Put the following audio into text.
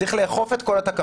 שצריך לאכוף את כל התקנות,